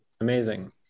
amazing